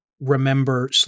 remember